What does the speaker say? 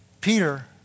Peter